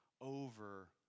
over